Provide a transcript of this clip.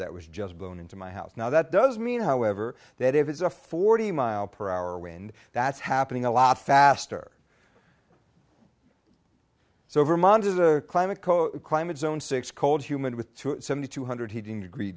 that was just blown into my house now that doesn't mean however that if it's a forty mile per hour wind that's happening a lot faster so vermont is a climate climate zone six cold human with seventy two hundred heating degree